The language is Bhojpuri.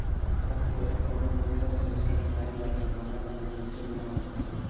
आजके कवनो निवेश अइसन नाइ बाटे जवना में जोखिम ना होखे